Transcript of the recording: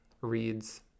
reads